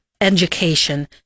Education